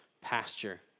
pasture